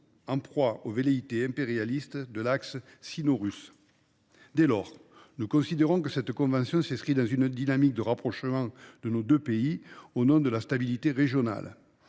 en proie aux velléités impérialistes de l’axe sino russe. Dès lors, nous considérons que cette convention s’inscrit dans une dynamique de rapprochement de nos deux pays, au nom de la stabilité régionale.